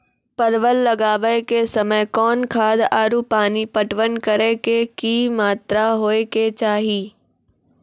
परवल लगाबै के समय कौन खाद आरु पानी पटवन करै के कि मात्रा होय केचाही?